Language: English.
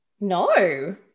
No